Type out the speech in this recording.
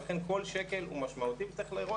ולכן כל שקל הוא משמעותי וצריך לראות